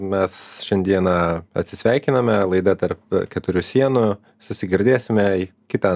mes šiandieną atsisveikiname laida tarp keturių sienų susigirdėsime kitą